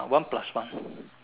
one plus one